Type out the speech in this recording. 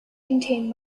contain